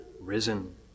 risen